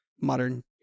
modern